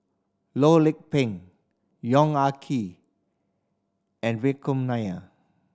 Loh Lik Peng Yong Ah Kee and Vikram Nair